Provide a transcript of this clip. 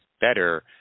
better